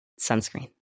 sunscreen